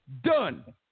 Done